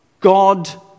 God